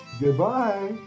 Goodbye